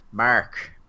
Mark